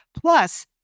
plus